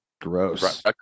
Gross